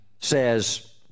says